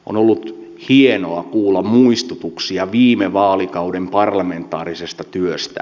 on ollut hienoa kuulla muistutuksia viime vaalikauden parlamentaarisesta työstä